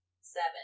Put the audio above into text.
seven